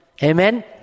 Amen